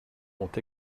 ont